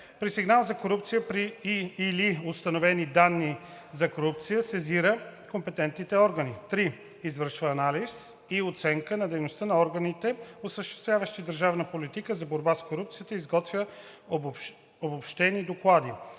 при сигнал за корупция или установени данни за корупция сезира компетентните органи; 3. извършва анализ и оценка на дейността на органите, осъществяващи държавната политика за борба с корупцията, и изготвя обобщени доклади;